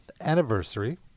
anniversary